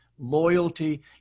loyalty